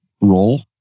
role